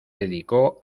dedicó